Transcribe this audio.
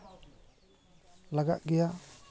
ᱞᱟᱜᱟᱜ ᱜᱮᱭᱟ